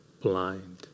blind